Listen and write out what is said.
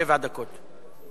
שבע דקות.